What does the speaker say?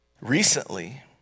recently